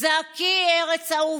שהיא הראשונה